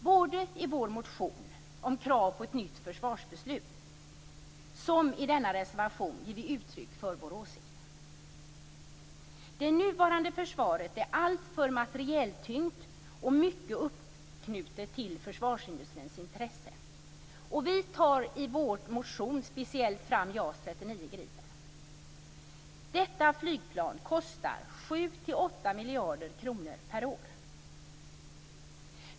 Både i vår motion om krav på ett nytt försvarsbeslut och i denna reservation ger vi uttryck för vår åsikt. Det nuvarande försvaret är alltför materieltyngt och mycket uppknutet till försvarsindustrins intressen. Vi tar i vår motion speciellt fram JAS 39 Gripen. Detta flygplan kostar 7-8 miljarder kronor per år.